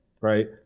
right